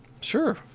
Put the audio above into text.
Sure